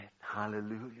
Hallelujah